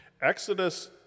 Exodus